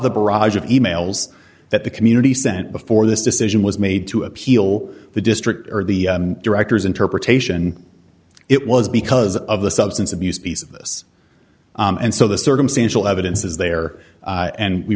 the barrage of emails that the community sent before this decision was made to appeal the district or the directors interpretation it was because of the substance abuse piece of this and so the circumstantial evidence is there and we